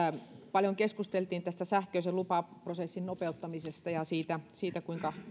paljon keskusteltiin tästä sähköisen lupaprosessin nopeuttamisesta ja siitä siitä kuinka